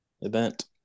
event